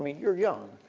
you are young.